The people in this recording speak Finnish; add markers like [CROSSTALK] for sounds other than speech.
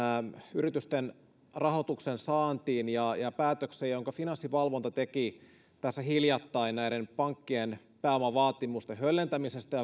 yritysten rahoituksensaantiin ja ja päätökseen jonka finanssivalvonta teki tässä hiljattain näiden pankkien pääomavaatimusten höllentämisestä [UNINTELLIGIBLE]